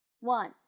One